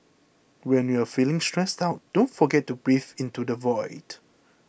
when you are feeling stressed out don't forget to breathe into the void